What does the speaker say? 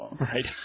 right